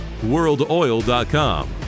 worldoil.com